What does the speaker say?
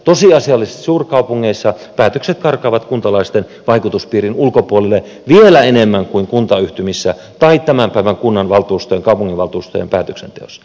tosiasiallisesti suurkaupungeissa päätökset karkaavat kuntalaisten vaikutuspiirin ulkopuolelle vielä enemmän kuin kuntayhtymissä tai tämän päivän kunnanvaltuustojen kaupunginvaltuustojen päätöksenteossa